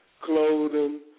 clothing